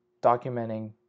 documenting